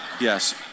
yes